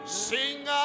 sing